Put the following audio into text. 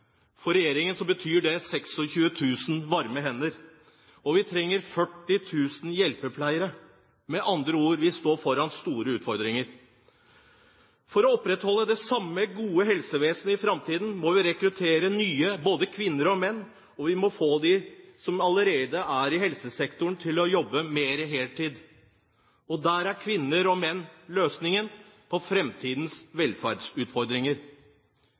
for regjeringen betyr det 26 000 varme hender – og vi trenger 40 000 hjelpepleiere. Med andre ord: Vi står foran store utfordringer. For å opprettholde det samme gode helsevesenet i framtiden må vi rekruttere nye, både kvinner og menn, og vi må få de som allerede er i helsesektoren, til å jobbe mer heltid. Der er kvinner og menn løsningen på framtidens velferdsutfordringer.